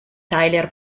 tyler